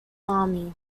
army